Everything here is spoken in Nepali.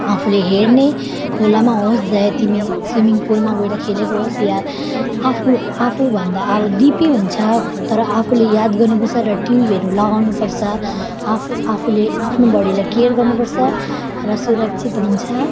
आफूले हेर्ने खोलामा होस् चाहे तिमी स्विमिङ पुलमा गएर खेलेको होस् या आफू आफूभन्दा अब डिपै हुन्छ तर आफूले याद गर्नुपर्छ र ट्युबहरू लगाउनुपर्छ आफू आफूले आफ्नो बोडीलाई केयर गर्नुपर्छ र सुरक्षित हुन्छ